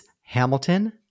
Hamilton